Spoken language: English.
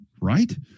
right